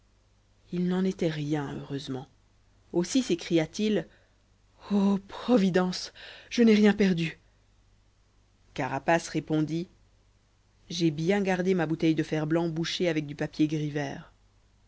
il n'en était rien heureusement aussi s'écria-t-il ô providence je n'ai rien perdu carapace répondit j'ai bien gardé ma bouteille de fer-blanc bouchée avec du papier gris vert